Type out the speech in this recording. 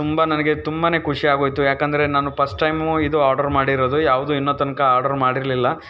ತುಂಬ ನನಗೆ ತುಂಬಾ ಖುಷಿ ಆಗೋಯಿತು ಯಾಕಂದರೆ ನಾನು ಪಸ್ಟ್ ಟೈಮು ಇದು ಆರ್ಡರ್ ಮಾಡಿರೋದು ಯಾವುದು ಇನ್ನೂ ತನಕ ಆರ್ಡರ್ ಮಾಡಿರಲಿಲ್ಲ